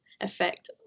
Effect